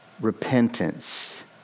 repentance